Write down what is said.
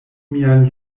mian